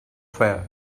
fell